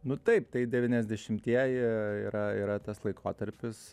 nu taip tai devyniasdešimtieji yra yra tas laikotarpis